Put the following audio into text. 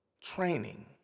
training